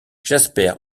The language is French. jasper